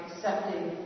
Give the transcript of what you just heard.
Accepting